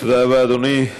תודה רבה, אדוני.